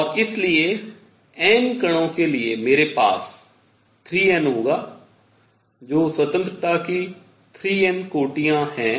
और इसलिए N कणों के लिए मेरे पास 3N होगा जो स्वतंत्रता की 3N कोटियाँ है